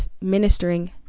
ministering